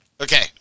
Okay